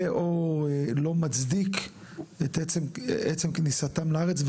או לא מצדיק את עצם כניסתם לארץ,